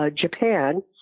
Japan